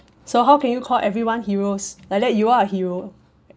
so how can you call everyone heroes like that you are a hero